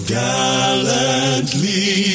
gallantly